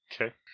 Okay